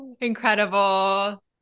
Incredible